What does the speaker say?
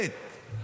ב'.